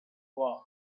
war